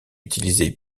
utilisés